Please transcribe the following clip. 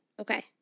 Okay